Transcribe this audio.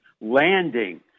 landing